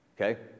okay